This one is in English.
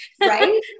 right